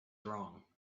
wrong